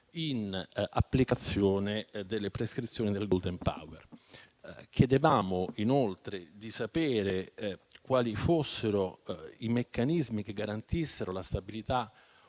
in applicazione delle prescrizioni del *golden power.* Chiedevamo, inoltre, di sapere quali fossero i meccanismi che garantissero la stabilità